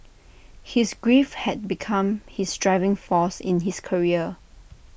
his grief had become his driving force in his career